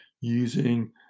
using